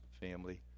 family